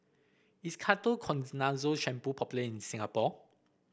is Ketoconazole Shampoo popular in Singapore